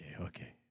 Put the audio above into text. okay